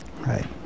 right